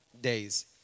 days